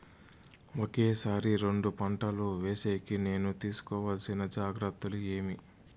ఒకే సారి రెండు పంటలు వేసేకి నేను తీసుకోవాల్సిన జాగ్రత్తలు ఏమి?